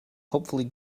hopefully